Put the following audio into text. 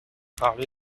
parlé